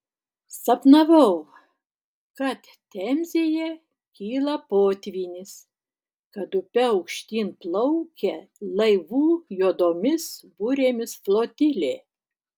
sapnavau kad temzėje kyla potvynis kad upe aukštyn plaukia laivų juodomis burėmis flotilė